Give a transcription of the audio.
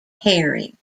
herring